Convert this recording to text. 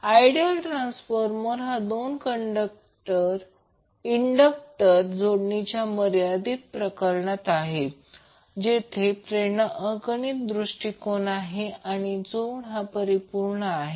ideal transformer हा दोन inductor जोडणीचे मर्यादित प्रकरण आहे जेथे प्रेरणा अगणित दृष्टिकोन आहे आणि जोड हा परिपूर्ण आहे